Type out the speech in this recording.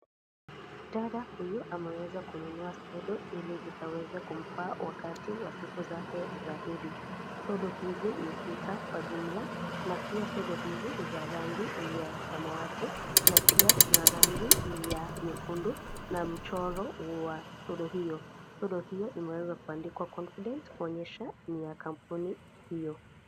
Dada huyu ameweza kununua sodo ili zikaweze kumfaa wakati wa siku zake hedhi. Sodo hizi ni sita kwa jumla, na pia sodo hizi ni za rangi ya samawati, na pia tuna rangi ya nyekundu, na mchoro wa sodo hiyo. Sodo hiyo imeweza kuandikwa confident kuonyesha ni ya kampuni hiyo.